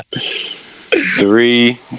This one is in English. Three